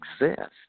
exist